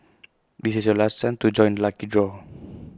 this is your last chance to join the lucky draw